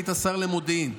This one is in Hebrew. היית שר למודיעין.